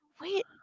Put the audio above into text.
wait